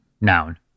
noun